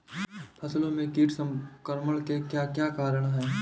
फसलों में कीट संक्रमण के क्या क्या कारण है?